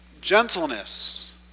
gentleness